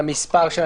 למספר.